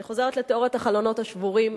אני חוזרת לתיאוריית החלונות השבורים.